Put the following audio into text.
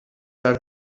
are